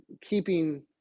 keeping